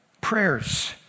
prayers